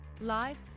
Live